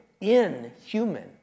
Inhuman